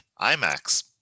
IMAX